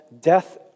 death